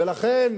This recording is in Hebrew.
ולכן,